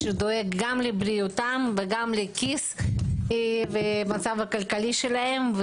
שדואג גם לבריאותם וגם לכיס ולמצב הכלכלי שלהם.